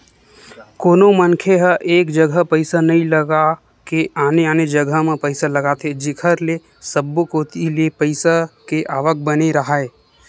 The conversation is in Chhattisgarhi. कोनो मनखे ह एक जघा पइसा नइ लगा के आने आने जघा म पइसा लगाथे जेखर ले सब्बो कोती ले पइसा के आवक बने राहय